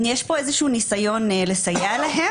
יש פה ניסיון לסייע להם,